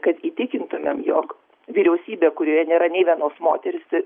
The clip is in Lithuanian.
kad įtikintumėm jog vyriausybė kurioje nėra nei vienos moters